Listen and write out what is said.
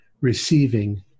receiving